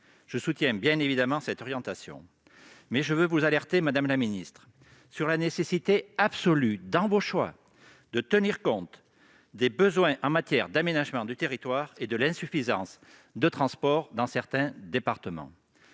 Je soutiens bien évidemment cette orientation, mais je veux vous alerter sur la nécessité absolue de tenir compte, dans vos choix, des besoins en matière d'aménagement du territoire et de l'insuffisance de transports dans certains départements.